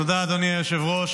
תודה, אדוני היושב-ראש.